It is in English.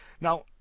Now